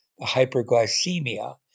hyperglycemia